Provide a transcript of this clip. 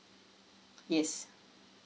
yes